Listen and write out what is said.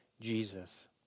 Jesus